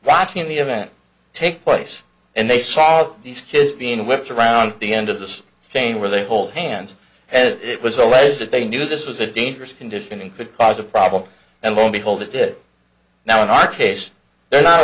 watching the event take place and they saw all of these kids being whipped around the end of this chain where they hold hands as it was alleged that they knew this was a dangerous condition could cause a problem and lo and behold it did now in our case they're not a